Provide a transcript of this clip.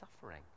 suffering